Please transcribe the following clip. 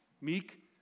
meek